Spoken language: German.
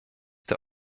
der